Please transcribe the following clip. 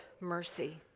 mercy